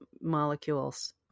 molecules